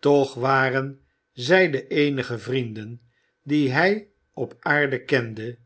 toch waren zij de eenige vrienden die hij op aarde kende